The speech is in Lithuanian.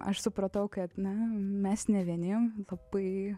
aš supratau kad na mes ne vieni labai